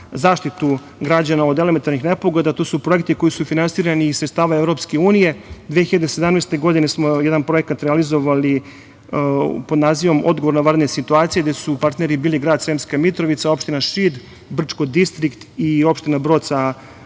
zaštitu građana od elementarnih nepogoda. To su projekti koji su finansirani iz sredstava EU, 2017. godine smo jedan projekat realizovali pod nazivom „Odgovor na vanredne situacije“, gde su partneri bili grad Sremska Mitrovica, opština Šid, Brčko Distrik i opština Brod,